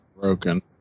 broken